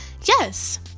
yes